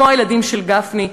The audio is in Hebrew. כמו הילדים של גפני,